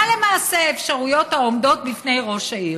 מה למעשה האפשרויות העומדות בפני ראש העיר?